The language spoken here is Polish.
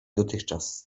dotychczas